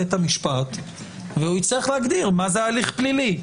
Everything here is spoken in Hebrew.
בית המשפט, והוא יצטרך להגדיר מה זה ההליך הפלילי.